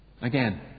Again